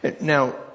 now